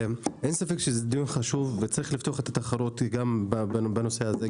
שזה דיון חשוב וצריך לפתוח את התחרות גם בנושא הזה,